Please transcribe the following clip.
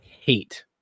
hate